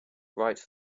write